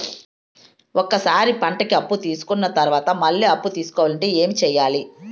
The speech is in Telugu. ఒక సారి పంటకి అప్పు తీసుకున్న తర్వాత మళ్ళీ అప్పు తీసుకోవాలంటే ఏమి చేయాలి?